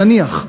נניח,